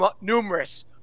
numerous